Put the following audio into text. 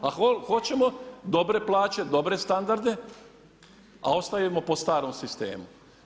A hoćemo dobre plaće, dobre standarde, a ostajemo po starom sistemu.